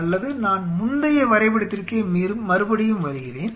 அல்லது நான் முந்தைய வரைபடத்திற்கே மறுபடியும் வருகிறேன்